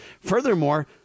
Furthermore